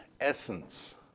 essence